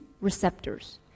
receptors